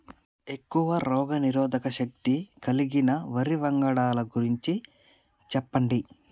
ఎక్కువ రోగనిరోధక శక్తి కలిగిన వరి వంగడాల గురించి చెప్పండి?